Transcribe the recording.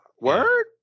word